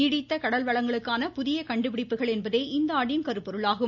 நீடித்த கடல்வளங்களுக்கான புதிய கண்டுபிடிப்புகள் என்பதே இந்தாண்டின் கருப்பொருளாகும்